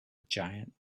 giant